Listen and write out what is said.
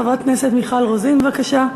חברת הכנסת מיכל רוזין, בבקשה.